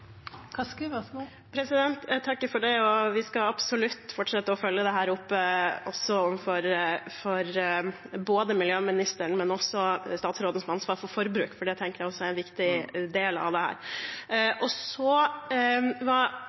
Jeg takker for det. Vi skal absolutt fortsette å følge dette opp overfor miljøministeren, men også overfor statsråden som har ansvar for forbruk, for jeg tenker også er en viktig del av dette. Finansministeren var i innlegget sitt inne på viktigheten av nettopp den gjennomgangen som komiteen ber om. Betyr det